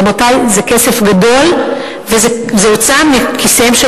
רבותי, זה כסף גדול, וזה הוצא מכיסיהם של